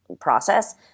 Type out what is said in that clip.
process